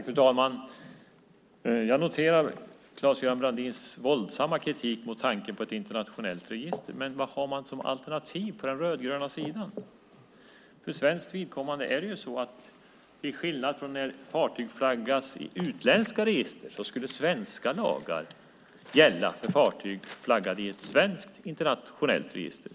Fru talman! Jag noterar Claes-Göran Brandins våldsamma kritik mot tanken på ett internationellt register, men vad är alternativet från den rödgröna sidan? För svenskt vidkommande är det så att till skillnad från när fartyg flaggas i utländska register så skulle svenska lagar gälla för fartyg flaggade i ett svenskt internationellt register.